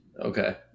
Okay